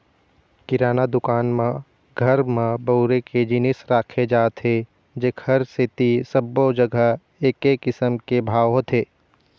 किराना दुकान म घर म बउरे के जिनिस राखे जाथे जेखर सेती सब्बो जघा एके किसम के भाव होथे